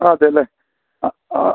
അതെ അല്ലേ ആ ആ